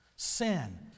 Sin